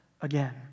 again